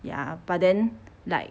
ya but then like